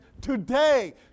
today